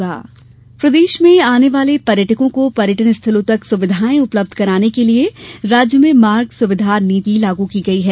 सुविधा केन्द्र प्रदेश में आने वाले पर्यटकों को पर्यटन स्थलों तक सुविघाएं उपलब्ध कराने के लिए राज्य में मार्ग सुविधा केन्द्र नीति लागू की गई है